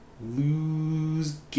Lose